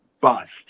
bust